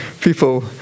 people